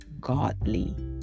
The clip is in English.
godly